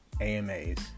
AMAs